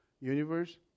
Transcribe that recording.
universe